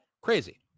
Crazy